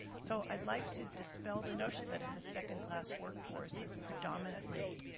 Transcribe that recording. so i'd like to dispel the notion that it's a second-class workforce that's predominantly